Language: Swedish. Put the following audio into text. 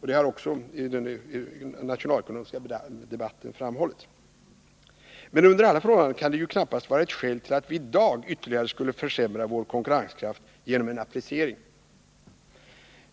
Det har också framhållits i den nationalekonomiska debatten. Men under alla förhållanden kan det knappast vara ett skäl för att vi i dag ytterligare skulle försämra vår konkurrenskraft genom en appreciering.